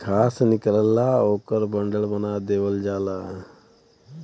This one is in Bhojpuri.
घास निकलेला ओकर बंडल बना देवल जाला